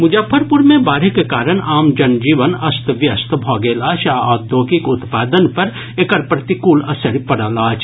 मुजफ्फरपुर मे बाढ़िक कारण आम जनजीवन अस्त व्यस्त भऽ गेल अछि आ औद्योगिक उत्पादन पर एकर प्रतिकूल असरि पड़ल अछि